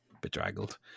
bedraggled